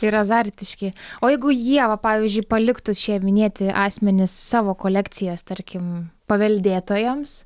ir azartiški o jeigu jie va pavyzdžiui paliktų šie minėti asmenys savo kolekcijas tarkim paveldėtojams